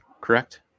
correct